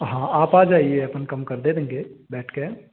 हाँ आप आ जाइए आपन कम कर दे देंगे बैठ कर